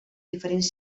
diferents